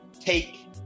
take